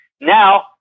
Now